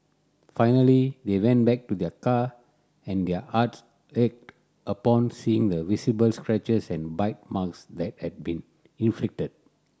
finally they went back to their car and their hearts ached upon seeing the visible scratches and bite marks that had been inflicted